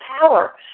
power